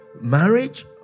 marriage